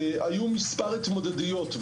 היו מספר התמודדויות,